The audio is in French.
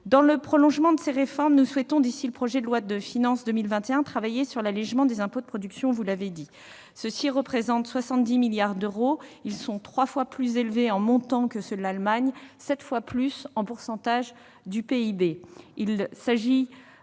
Dans le prolongement de ces réformes, nous souhaitons, d'ici au projet de loi de finances pour 2021, travailler sur l'allégement des impôts de production. Ceux-ci représentent 70 milliards d'euros. Ils sont trois fois plus élevés en montant que ceux de l'Allemagne, sept fois plus en pourcentage du PIB.